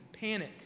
panic